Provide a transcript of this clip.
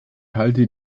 halte